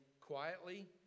quietly